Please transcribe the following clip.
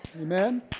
Amen